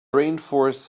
rainforests